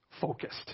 focused